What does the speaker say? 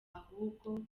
ahubwo